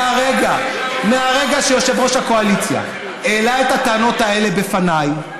מהרגע שיושב-ראש הקואליציה העלה את הטענות האלה בפניי,